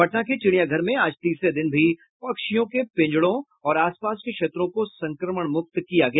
पटना के चिड़ियाघर में आज तीसरे दिन भी पक्षियों के पिंजड़ों और आसपास के क्षेत्रों को संक्रमण मुक्त किया गया